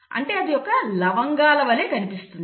అంటే అది లవంగాల వలె కనిపిస్తుంది